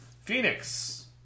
Phoenix